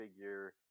figure